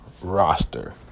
roster